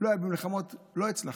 אולי במלחמות לא הצלחנו,